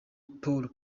paul